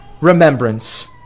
remembrance